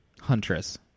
Huntress